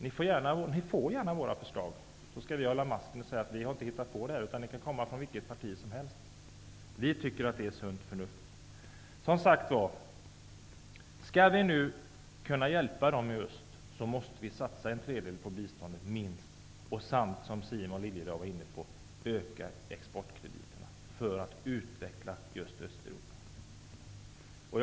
Ni kan gärna få våra förslag. Vi skall då hålla masken och säga att vi inte har kommit med förslagen. Förslagen kan komma från vilket parti som helst. Vi tycker att det är sunt förnuft. Om vi skall kunna hjälpa dem i öst måste vi satsa minst en tredjedel av biståndet och, vilket Simon Liliedahl var inne på, öka exportkrediterna för att utveckla Östeuropa. Fru talman!